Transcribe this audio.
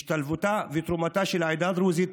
השתלבותה ותרומתה של העדה הדרוזית,